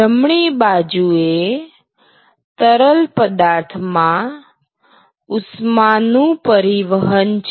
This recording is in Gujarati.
જમણી બાજુએ તરલ પદાર્થમાં ઉષ્માનું પરિવહન છે